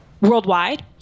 worldwide